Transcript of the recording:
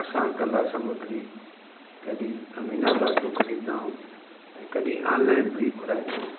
असां कला सामग्री कॾहिं अमीनाबाद मां ख़रीदना आयूं ऐं कॾहिं ऑनलाइन बि घुराईंदा आहियूं